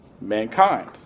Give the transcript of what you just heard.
mankind